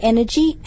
Energy